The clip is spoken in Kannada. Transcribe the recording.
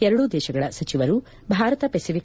ಎರಡೂ ದೇಶಗಳ ಸಚಿವರು ಭಾರತ ಪೆಸಿಫಿ